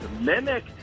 mimic